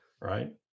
right